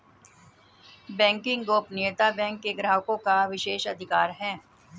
banking गोपनीयता bank के ग्राहकों का विशेषाधिकार है